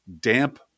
damp